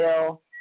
ill